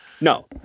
No